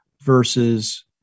versus